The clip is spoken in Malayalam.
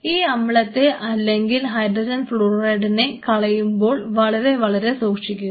ഈ അമ്ലത്തെ അല്ലെങ്കിൽ HF നെ കളയുമ്പോൾ വളരെ വളരെ സൂക്ഷിക്കുക